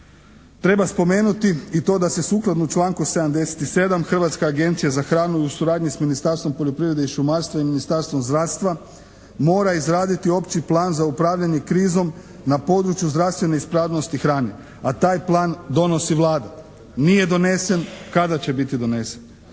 Treba spomenuti i to da se sukladno članku 77. Hrvatska agencija za hranu u suradnji s Ministarstvom poljoprivrede i šumarstva i Ministarstvom zdravstva mora izraditi opći plan za upravljanje krizom na području zdravstvene ispravnosti hrane, a taj plan donosi Vlada. Nije donesen, kada će biti donesen?